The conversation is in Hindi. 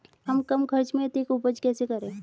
हम कम खर्च में अधिक उपज कैसे करें?